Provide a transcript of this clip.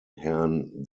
herrn